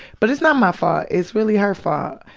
but it's not my fault, it's really her fault.